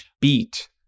beat